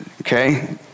okay